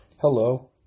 Hello